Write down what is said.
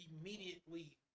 immediately